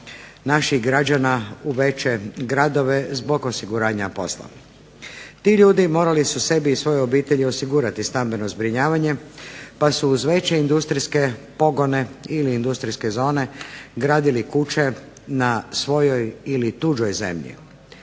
naših građana u veće gradove zbog osiguranja posla. Ti ljudi morali su sebi i svojoj obitelji osigurati stambeno zbrinjavanje, pa su uz veće industrijske pogone ili industrijske zone gradili kuće na svojoj ili tuđoj zemlji.